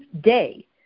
day